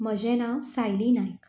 म्हजें नांव सायली नायक